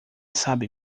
sabe